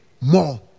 more